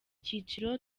cyiciro